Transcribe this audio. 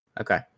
okay